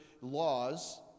laws